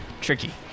Tricky